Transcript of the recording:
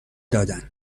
دادند